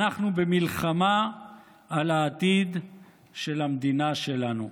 אנחנו במלחמה על העתיד של המדינה שלנו.